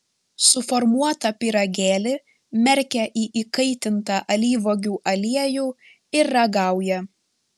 suformuotą pyragėlį merkia į įkaitintą alyvuogių aliejų ir ragauja